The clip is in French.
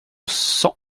cent